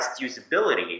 usability